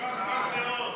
קר מאוד.